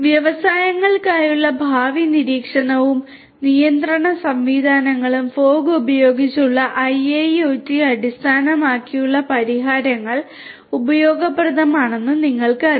വ്യവസായങ്ങൾക്കായുള്ള ഭാവി നിരീക്ഷണവും നിയന്ത്രണ സംവിധാനങ്ങളും ഫോഗ് ഉപയോഗിച്ചുള്ള IIoT അടിസ്ഥാനമാക്കിയുള്ള പരിഹാരങ്ങൾ ഉപയോഗപ്രദമാണെന്ന് നിങ്ങൾക്കറിയാം